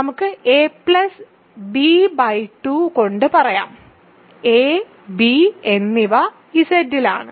നമുക്ക് a b2 കൊണ്ട് പറയാം a b എന്നിവ Z ലാണ്